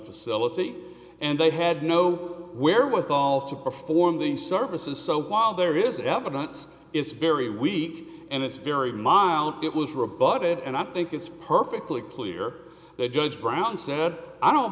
facility and they had no wherewithal to perform the services so while there is evidence it's very weak and it's very mild it was rebutted and i think it's perfectly clear that judge brown said i don't